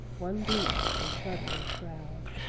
one bleached and shuddering shroud.